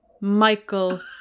Michael